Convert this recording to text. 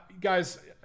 guys